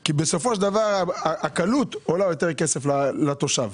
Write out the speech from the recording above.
כי בסופו של דבר, הקלות עולה יותר כסף לתושב.